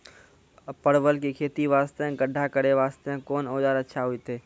परवल के खेती वास्ते गड्ढा करे वास्ते कोंन औजार अच्छा होइतै?